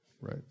right